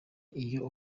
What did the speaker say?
iyo